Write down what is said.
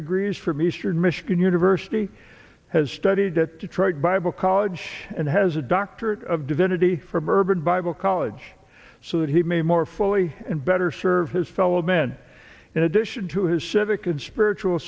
degrees from eastern michigan university has studied at detroit bible college and has a doctorate of divinity from urban bible college so that he may more fully and better serve his fellow men in addition to his civic and spiritual